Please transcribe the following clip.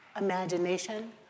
imagination